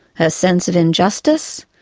her sense of injustice,